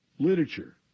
Literature